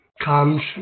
comes